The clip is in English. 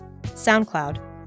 SoundCloud